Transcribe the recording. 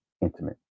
intimate